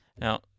Now